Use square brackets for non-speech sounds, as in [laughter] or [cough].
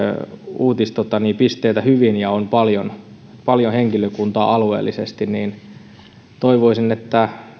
uutispisteitä hyvin ja on paljon paljon henkilökuntaa alueellisesti niin että toivoisin että [unintelligible]